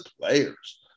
players